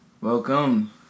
Welcome